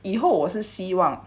以后我是希望